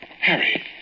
Harry